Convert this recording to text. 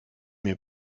mir